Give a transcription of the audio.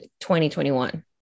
2021